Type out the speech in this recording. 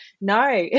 no